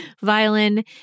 violin